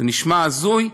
זה נשמע הזוי,